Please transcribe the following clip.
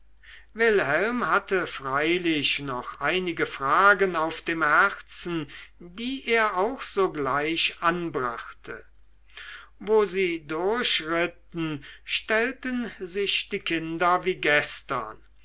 wilhelm hatte freilich noch einige fragen auf dem herzen die er auch sogleich anbrachte wo sie durchritten stellten sich die kinder wie gestern